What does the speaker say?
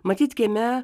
matyt kieme